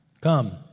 Come